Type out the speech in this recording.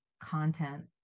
content